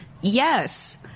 yes